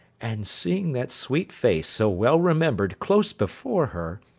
and seeing that sweet face so well remembered close before her,